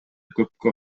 көпкө